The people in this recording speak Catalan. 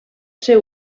ser